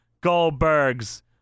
Goldberg's